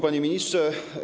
Panie Ministrze!